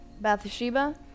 Bathsheba